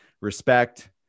respect